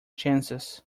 chances